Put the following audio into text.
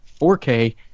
4K